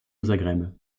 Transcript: zagreb